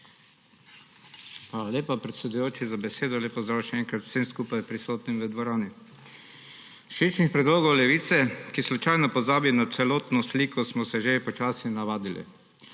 lepa, predsedujoči, za besedo. Lep pozdrav še enkrat vsem skupaj prisotnim v dvorani! Všečnih predlogov Levice, ki slučajno pozabi na celotno sliko, smo se že počasi navadili.